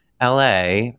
LA